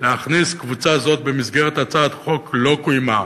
להכניס קבוצה זו במסגרת הצעת חוק לא קוימה,